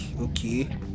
Okay